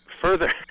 further